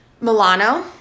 Milano